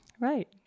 right